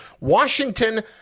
Washington